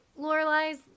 Lorelai's